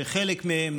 שחלק מהם,